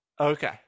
okay